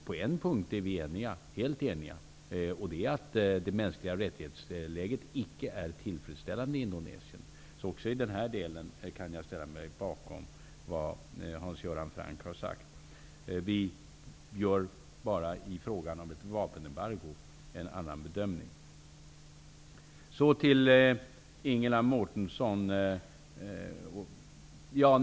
På en punkt är vi helt eniga, nämligen att läget när det gäller de mänskliga rättigheterna inte är tillfredsställande i Indonesien. Också i den delen kan jag ställa mig bakom det som Hans Göran Franck har sagt. Det är bara i frågan om ett vapenembargo som vi gör en annan bedömning. Låt mig sedan gå över till det Ingela Mårtensson talade om.